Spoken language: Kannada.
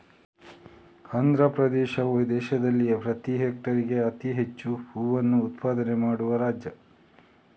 ಆಂಧ್ರಪ್ರದೇಶವು ದೇಶದಲ್ಲಿ ಪ್ರತಿ ಹೆಕ್ಟೇರ್ಗೆ ಅತಿ ಹೆಚ್ಚು ಹೂವನ್ನ ಉತ್ಪಾದನೆ ಮಾಡುವ ರಾಜ್ಯ